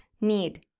need